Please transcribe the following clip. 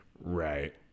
Right